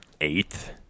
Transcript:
Eighth